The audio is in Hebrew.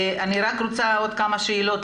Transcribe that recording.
אני רוצה עוד כמה שאלות.